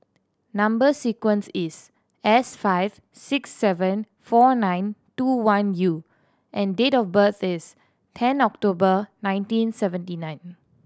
number sequence is S five six seven four nine two one U and date of birth is ten October nineteen seventy nine